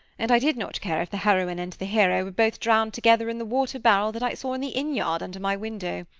and i did not care if the heroine and the hero were both drowned together in the water barrel that i saw in the inn-yard under my window.